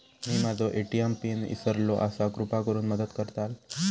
मी माझो ATM PIN इसरलो आसा कृपा करुन मदत करताल